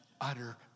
utter